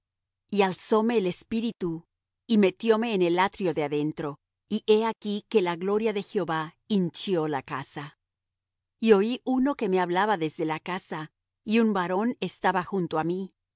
y alzóme el espíritu y metióme en el atrio de adentro y he aquí que la gloria de jehová hinchió la casa y oí uno que me hablaba desde la casa y un varón estaba junto á mí